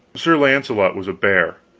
sir launcelot was a bear,